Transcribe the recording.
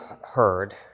heard